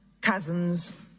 cousins